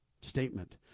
statement